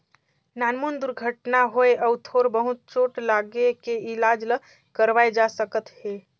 नानमुन दुरघटना होए अउ थोर बहुत चोट लागे के इलाज ल करवाए जा सकत हे